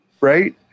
Right